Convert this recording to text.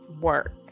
work